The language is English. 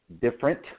different